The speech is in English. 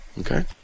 Okay